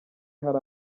hari